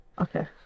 Okay